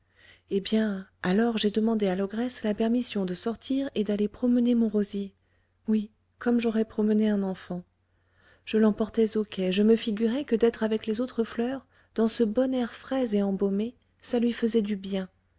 eh bien alors j'ai demandé à l'ogresse la permission de sortir et d'aller promener mon rosier oui comme j'aurais promené un enfant je l'emportais au quai je me figurais que d'être avec les autres fleurs dans ce bon air frais et embaumé ça lui faisait du bien